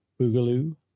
Boogaloo